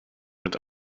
mit